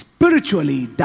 Spiritually